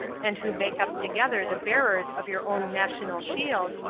and who make up together the bearers of your own national shield,